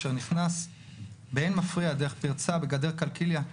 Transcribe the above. שנכנס באין מפריע דרך פרצה בגדר קלקיליה,